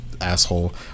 asshole